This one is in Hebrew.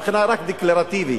רק דקלרטיבי,